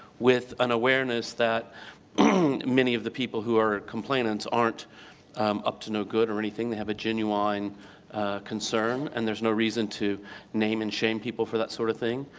with an awareness that many of the people who are complainants aren't up to no good or anything. they have a genuine concern and there's no reason to name and shame people for that sort of thing.